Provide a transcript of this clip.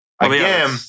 Again